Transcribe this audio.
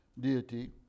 deity